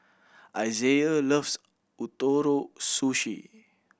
Isaiah loves Ootoro Sushi